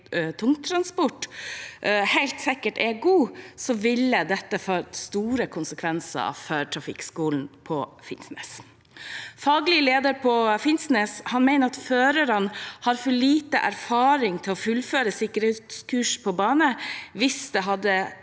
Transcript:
tungtransport helt sikkert er god, ville det fått store konsekvenser for trafikkskolen på Finnsnes. Faglig leder på Finnsnes mener førerne har for lite erfaring til å fullføre sikkerhetskurs på bane hvis det skal